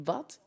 Wat